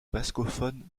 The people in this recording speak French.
bascophone